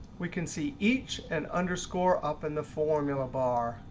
we can see each and underscore up in the formula bar.